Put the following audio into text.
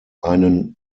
einen